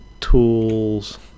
tools